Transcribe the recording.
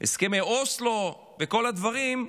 הסכמי אוסלו וכל הדברים,